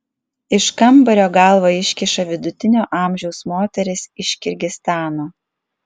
iš kambario galvą iškiša vidutinio amžiaus moteris iš kirgizstano